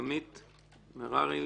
עמית מררי,